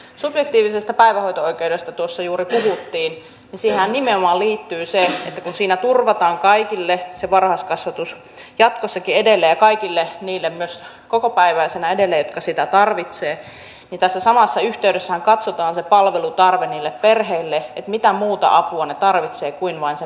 subjektiivisesta päivähoito oikeudesta tuossa juuri puhuttiin ja siihenhän nimenomaan liittyy se että kun siinä turvataan kaikille se varhaiskasvatus jatkossakin edelleen ja kaikille niille myös kokopäiväisenä edelleen jotka sitä tarvitsevat niin tässä samassa yhteydessähän katsotaan se palvelutarve niille perheille mitä muuta apua ne tarvitsevat kuin vain sen päivähoitopaikan